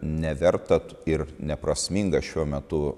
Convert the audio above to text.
neverta ir neprasminga šiuo metu